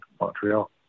Montreal